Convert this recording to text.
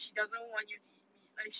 she doesn't want you to eat meat like she